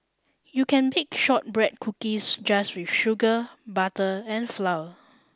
you can pick shortbread cookies just with sugar butter and flour